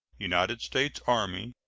united states army,